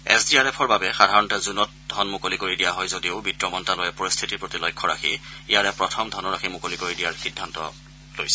S D R এফৰ বাবে সাধাৰণতে জুনত ধন মুকলি কৰি দিয়া হয় যদিও বিত্তমন্তালয়ে পৰিস্থিতিৰ প্ৰতি লক্ষ্য ৰাখি ইয়াৰে প্ৰথম ধনৰাশি মুকলি কৰি দিয়াৰ সিদ্ধান্ত লোৱা হৈছে